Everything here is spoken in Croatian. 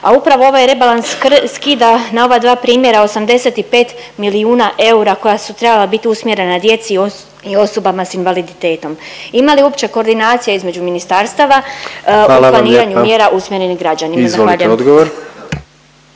a upravo ovaj rebalans skida na ova dva primjera 85 milijuna eura koja su trebala bit usmjerena djeci i osobama s invaliditetom. Ima li uopće koordinacije između ministarstava… …/Upadica predsjednik: Hvala vam lijepa./…